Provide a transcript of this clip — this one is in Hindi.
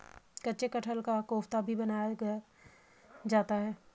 कच्चे कटहल का कोफ्ता भी बनाया जाता है